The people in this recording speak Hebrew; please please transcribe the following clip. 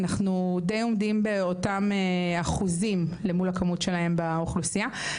אנחנו די עומדים באותם האחוזים למול הכמות שלהם באוכלוסיה,